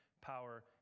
power